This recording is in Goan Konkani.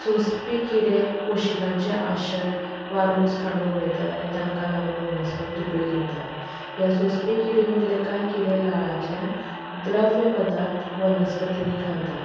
सोंसपी किडे कोशिकांचे आशय वा रोस काडून उडयतात आनी तांकां लागून वनस्पत दुबळी करतात ह्या सोंसपी किडी मदले कांय किडे लाळांतल्यान द्रव्य पदार्थ वनस्पतींनी घालतात